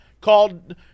called